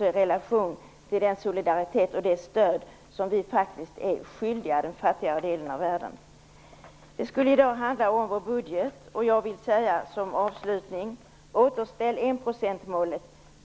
i relation till den solidaritet och det stöd som vi faktiskt är skyldiga den fattigare delen av världen. Det skulle i dag handla om vår budget, och jag vill som avslutning säga: Återställ enprocentsmålet!